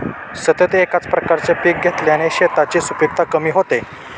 सतत एकाच प्रकारचे पीक घेतल्याने शेतांची सुपीकता कमी होते